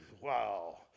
wow